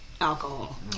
Alcohol